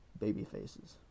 babyfaces